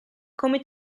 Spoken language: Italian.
come